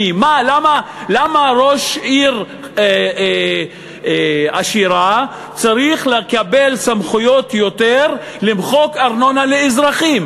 למה ראש עיר עשירה צריך לקבל יותר סמכויות למחוק ארנונה לאזרחים?